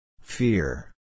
Fear